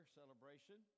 celebration